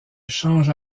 change